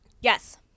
Yes